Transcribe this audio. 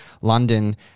London